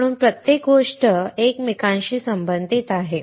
म्हणूनच प्रत्येक गोष्ट एकमेकांशी संबंधित आहे